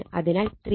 അതിനാൽ 3 1 0